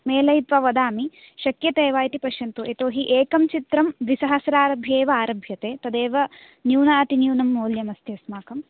मेलयित्त्वा वदामि श्कयते वा इति पश्यन्तु यतो हि एकं चित्रं द्विसहस्रादेव आरभ्यते तदेव न्यूनातिन्यून मौल्येन अस्ति अस्माकं